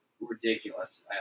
ridiculous